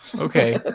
Okay